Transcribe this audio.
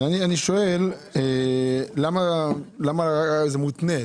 למה זה מותנה?